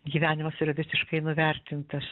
gyvenimas yra visiškai nuvertintas